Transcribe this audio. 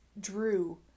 drew